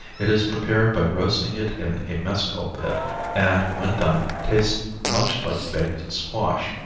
it is prepared by roasting it in a mescal pit and, when done, tastes much like baked squash.